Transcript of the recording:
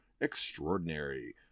extraordinary